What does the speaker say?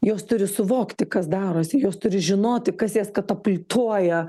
jos turi suvokti kas darosi jos turi žinoti kas jas katapultuoja